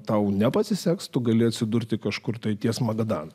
tau nepasiseks tu gali atsidurti kažkur ties magadano